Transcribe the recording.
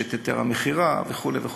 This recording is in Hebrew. יש את היתר המכירה וכו'.